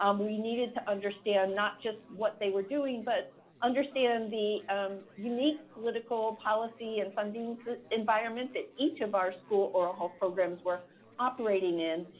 um we needed to understand not just what they were doing but understand the um unique political policy and funding environment that each of our school oral health programs were operating in,